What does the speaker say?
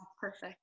Perfect